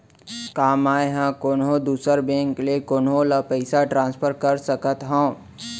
का मै हा कोनहो दुसर बैंक ले कोनहो ला पईसा ट्रांसफर कर सकत हव?